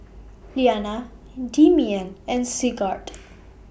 Iliana Demian and Sigurd